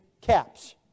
caps